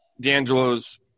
D'Angelo's